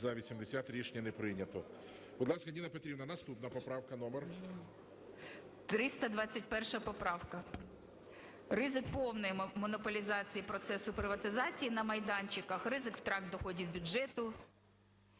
За-80 Рішення не прийнято. Будь ласка, Ніна Петрівна. Наступна поправка номер? 14:20:11 ЮЖАНІНА Н.П. 321 поправка. Ризик повної монополізації процесу приватизації на майданчиках, ризик втрат доходу бюджету.